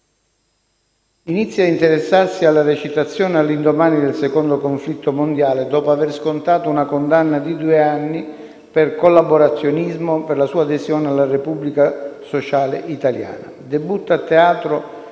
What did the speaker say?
Inizia a interessarsi alla recitazione all'indomani del Secondo conflitto mondiale, dopo aver scontato una condanna di due anni per collaborazionismo, per la sua adesione alla Repubblica sociale italiana. Debutta a teatro